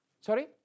Sorry